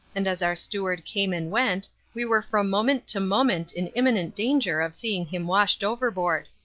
and as our steward came and went, we were from moment to moment in imminent danger of seeing him washed overboard.